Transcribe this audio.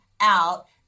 out